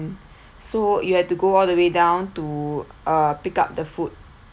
so you had to go all the way down to uh pick up the food